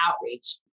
outreach